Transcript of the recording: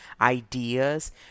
ideas